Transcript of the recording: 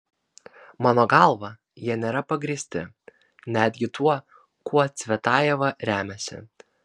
mano galva jie nėra pagrįsti netgi tuo kuo cvetajeva remiasi